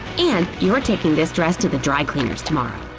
and you're taking this dress to the dry cleaners tomorrow.